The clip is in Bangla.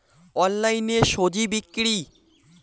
অনলাইনে স্বজি বিক্রি?